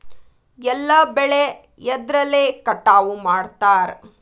ಎಲ್ಲ ಬೆಳೆ ಎದ್ರಲೆ ಕಟಾವು ಮಾಡ್ತಾರ್?